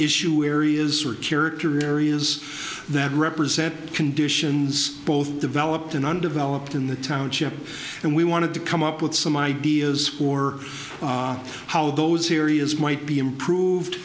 issue areas where character areas that represent conditions both developed and undeveloped in the township and we wanted to come up with some ideas for how those areas might be improved